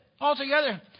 altogether